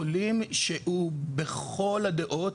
שהוא בכל הדעות,